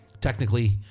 technically